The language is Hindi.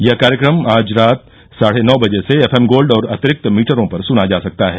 यह कार्यक्रम आज रात साढे नौ बजे से एफ एम गोल्ड और अतिरिक्त मीटरों पर सुना जा सकता है